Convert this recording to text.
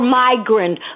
migrant